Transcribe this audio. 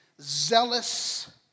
zealous